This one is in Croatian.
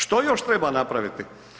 Što još treba napraviti?